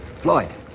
Floyd